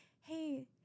hey